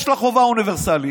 יש לה חובה אוניברסלית,